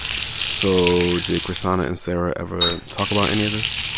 so did chrishana and sarah ever talk about any of this?